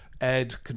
Ed